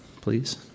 please